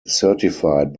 certified